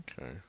Okay